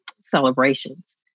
celebrations